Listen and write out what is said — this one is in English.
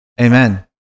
Amen